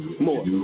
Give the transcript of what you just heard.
more